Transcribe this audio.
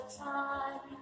time